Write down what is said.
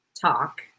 talk